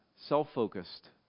self-focused